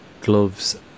gloves